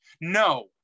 No